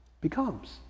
becomes